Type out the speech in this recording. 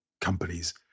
companies